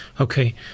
Okay